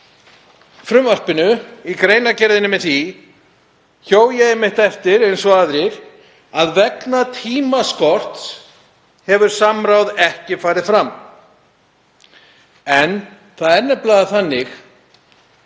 frumvarpinu, í greinargerðinni með því, hjó ég einmitt eftir, eins og aðrir, að vegna tímaskorts hafi samráð ekki farið fram. En það er þannig,